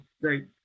great